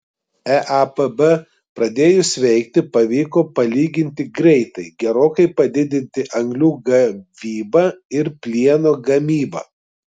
eapb pradėjus veikti pavyko palyginti greitai gerokai padidinti anglių gavybą ir plieno gamybą